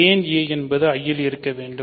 ஏன் a என்பது I இல் இருக்க வேண்டும்